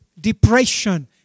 depression